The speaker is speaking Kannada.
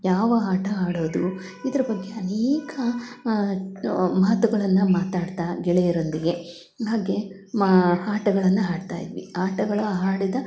ಯಾವ ಆಟ ಆಡೋದು ಇದ್ರ ಬಗ್ಗೆ ಅನೇಕ ಮಾತುಗಳನ್ನು ಮಾತಾಡ್ತ ಗೆಳೆಯರೊಂದಿಗೆ ಹಾಗೆ ಮಾ ಆಟಗಳನ್ನು ಆಡ್ತ ಇದ್ವಿ ಆಟಗಳು ಆಡಿದ